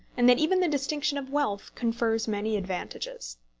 and that even the distinction of wealth confers many advantages.